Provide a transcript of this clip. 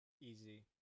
Easy